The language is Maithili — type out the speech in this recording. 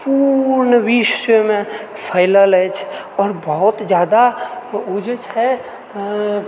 पूर्ण विश्वमे फैलल अछि आओर बहुत जादा ओ जे छै